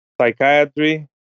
psychiatry